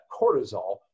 cortisol